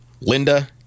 Linda